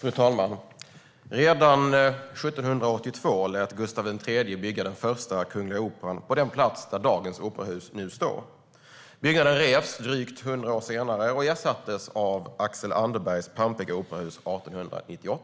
Fru talman! Redan 1782 lät Gustav III bygga den första kungliga opera på den plats där dagens operahus nu står. Byggnaden revs drygt hundra år senare och ersattes av Axel Anderbergs pampiga operahus 1898.